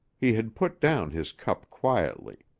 he had put down his cup quietly,